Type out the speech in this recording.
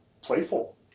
playful